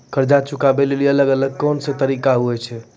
कर्जा चुकाबै लेली अलग अलग कोन कोन तरिका होय छै?